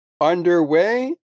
underway